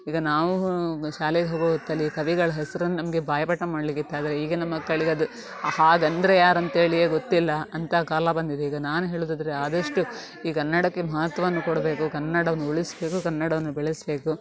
ಈಗ ನಾವು ಶಾಲೆಗೆ ಹೋಗೊ ಹೊತ್ತಲ್ಲಿ ಕವಿಗಳ ಹೆಸ್ರನ್ನು ನಮಗೆ ಬಾಯಿಪಾಟ ಮಾಡ್ಲಿಕ್ಕಿತ್ತು ಆದರೆ ಈಗಿನ ಮಕ್ಕಳಿಗದು ಹಾಗಂದರೆ ಯಾರಂತ್ಹೇಳಿಯೆ ಗೊತ್ತಿಲ್ಲ ಅಂಥ ಕಾಲ ಬಂದಿದೆ ಈಗ ನಾನು ಹೇಳೋದಾದ್ರೆ ಆದಷ್ಟು ಈ ಕನ್ನಡಕ್ಕೆ ಮಹತ್ವವನ್ನು ಕೊಡಬೇಕು ಕನ್ನಡವನ್ನು ಉಳಿಸಬೇಕು ಕನ್ನಡವನ್ನು ಬೆಳೆಸಬೇಕು